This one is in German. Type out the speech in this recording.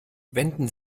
wenden